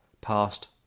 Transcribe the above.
past